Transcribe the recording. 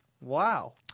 Wow